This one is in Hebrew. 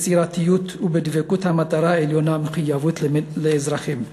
יצירתיות ודבקות במטרה העליונה, מחויבות לאזרחים.